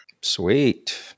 Sweet